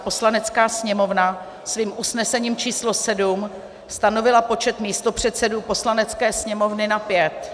Poslanecká sněmovna svým usnesením č. 7 stanovila počet místopředsedů Poslanecké sněmovny na pět.